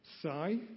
Sigh